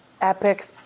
epic